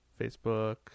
facebook